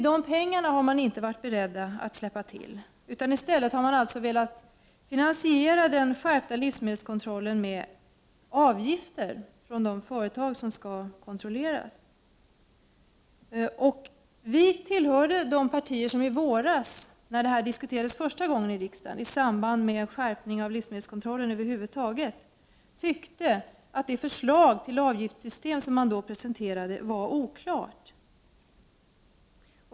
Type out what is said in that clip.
De pengarna har man inte varit bc redd att släppa till. I stället har man velat finansiera den skärpta livsmedeiskontrollen med avgifter från de företag som skall kontrolleras. När den här frågan diskuterades första gången i riksdagen i våras i samband med ett förslag om en skärpning av livsmedelskontrollen över huvud taget tillhörde vpk de partier som ansåg att det förslag till avgiftssystem som då presenterades var oklart.